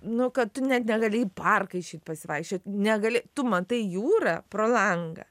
nu kad tu net negali į parką išeit pasivaikščiot negali tu matai jūrą pro langą